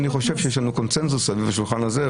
אני חושב שיש לנו קונצנזוס סביב השולחן הזה,